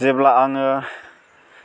जेब्ला आङो